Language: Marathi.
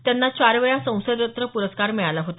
त्यांना चार वेळा संसदरत्न पुरस्कार मिळाला होता